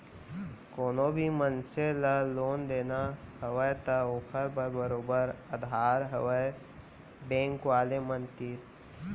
कोनो भी मनसे ल लोन देना हवय त ओखर बर बरोबर अधार हवय बेंक वाले मन तीर